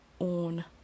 own